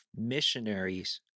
missionaries